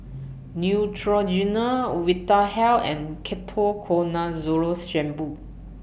Neutrogena Vitahealth and Ketoconazole Shampoo